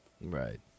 Right